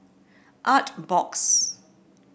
artbox